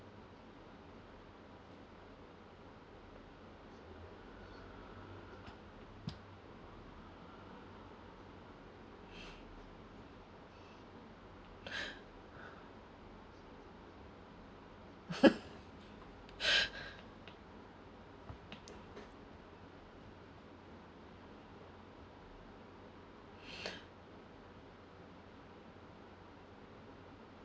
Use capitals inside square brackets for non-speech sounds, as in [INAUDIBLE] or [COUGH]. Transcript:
[BREATH] [LAUGHS]